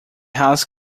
house